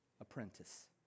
apprentice